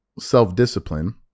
self-discipline